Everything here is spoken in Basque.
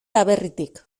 aberritik